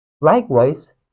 Likewise